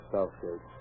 Southgate